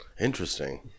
interesting